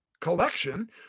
collection